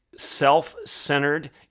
self-centered